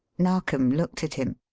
narkom looked at him.